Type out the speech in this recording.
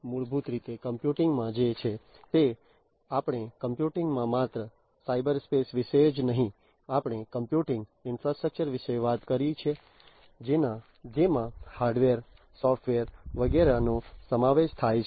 મૂળભૂત રીતે કમ્પ્યુટિંગ માં જે છે તે આપણે કમ્પ્યુટિંગ માં માત્ર સાયબરસ્પેસ વિશે જ નહીં આપણે કમ્પ્યુટિંગ ઈન્ફ્રાસ્ટ્રક્ચર વિશે વાત કરીએ છીએ જેમાં હાર્ડવેર સોફ્ટવેર વગેરેનો સમાવેશ થાય છે